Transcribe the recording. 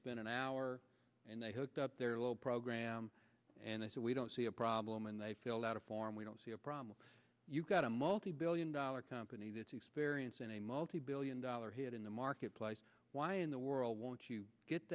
spent an hour and they hooked up their little program and i said we don't see a problem and they fill out a form we don't see a problem you've got a multi billion dollar company that's experiencing a multibillion dollar hit in the marketplace why in the world won't you get